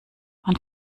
man